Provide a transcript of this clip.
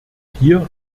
hier